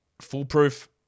foolproof